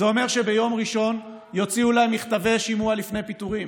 זה אומר שביום ראשון יוציאו להם מכתבי שימוע לפני פיטורים.